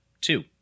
two